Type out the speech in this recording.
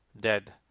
dead